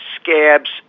Scabs